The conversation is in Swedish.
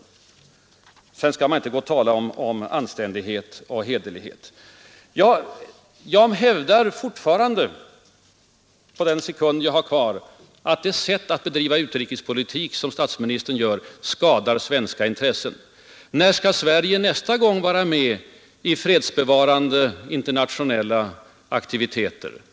Och sedan får man inte tala om anständighet och hederlighet! Jag hävdar fortfarande — på den sekund jag har kvar — att det sätt på vilket statsministern bedriver utrikespolitik skadar svenska intressen. När får Sverige nästa gång vara med i fredsbevarande internationella aktiviteter?